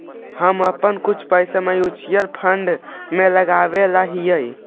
हम अपन कुछ पैसे म्यूचुअल फंड में लगायले हियई